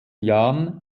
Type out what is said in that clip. jan